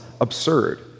absurd